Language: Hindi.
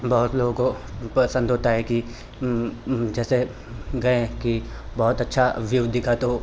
बहुत लोगों को पसंद होता है कि जैसे गए कि बहुत अच्छा व्यू दिखा तो